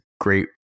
great